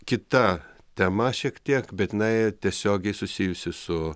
kita tema šiek tiek bet jinai tiesiogiai susijusi su